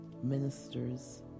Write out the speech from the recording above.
ministers